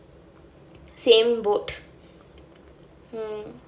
same boat mm